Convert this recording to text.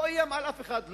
לא איים על אף אחד,